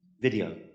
video